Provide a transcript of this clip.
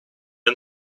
and